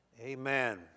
Amen